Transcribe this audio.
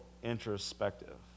introspective